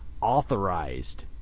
authorized